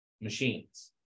machines